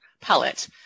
pellet